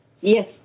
Yes